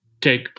take